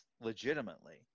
legitimately